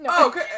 okay